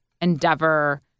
endeavor